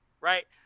right